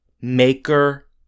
Maker